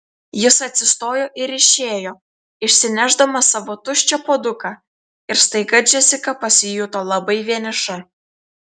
jis atsistojo ir išėjo išsinešdamas savo tuščią puoduką ir staiga džesika pasijuto labai vieniša